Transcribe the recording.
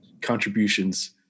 contributions